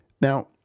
Now